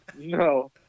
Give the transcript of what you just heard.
No